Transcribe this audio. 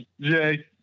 Jay